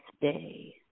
day